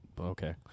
okay